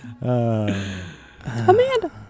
Amanda